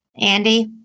Andy